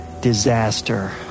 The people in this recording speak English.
disaster